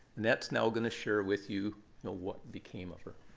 annette is now going to share with you know what became of her.